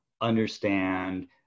Understand